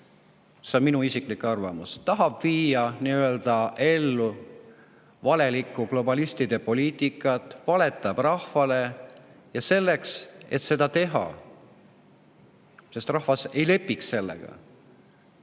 see on minu isiklik arvamus – tahab viia ellu valelikku globalistide poliitikat, valetab rahvale, ja selleks, et seda teha, sest rahvas ei lepiks sellega,